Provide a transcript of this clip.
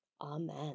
Amen